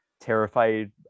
terrified